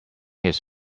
his